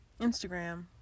Instagram